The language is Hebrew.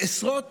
בעיקר ממשלת